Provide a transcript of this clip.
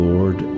Lord